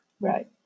Right